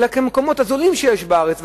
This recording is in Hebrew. אלא כמקומות הזולים בארץ.